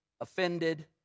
offended